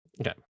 okay